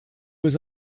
was